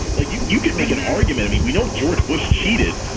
like you you could make an argument. i mean, we know george bush cheated.